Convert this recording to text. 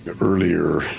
earlier